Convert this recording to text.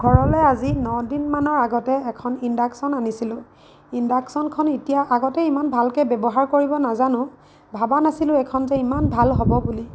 ঘৰলৈ আজি নদিন মানৰ আগতে এখন ইণ্ডাকশ্য়ন আনিছিলোঁ ইণ্ডাকশ্যনখন এতিয়া আগতে ইমান ভালকৈ ব্যৱহাৰ কৰিব নাজানো ভাবা নাছিলোঁ এইখন যে ইমান ভাল হ'ব বুলি